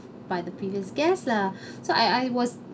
by the previous guest lah so I I was